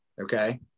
Okay